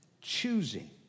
choosing